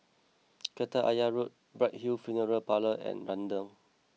Kreta Ayer Road Bright Hill Funeral Parlour and Renjong